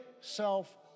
self